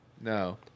no